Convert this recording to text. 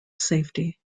safety